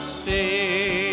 see